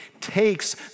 takes